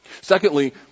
Secondly